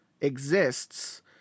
Exists